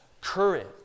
courage